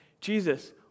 Jesus